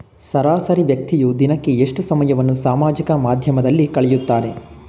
ಸರಾಸರಿ ವ್ಯಕ್ತಿಯು ದಿನಕ್ಕೆ ಎಷ್ಟು ಸಮಯವನ್ನು ಸಾಮಾಜಿಕ ಮಾಧ್ಯಮದಲ್ಲಿ ಕಳೆಯುತ್ತಾನೆ?